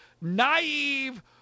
naive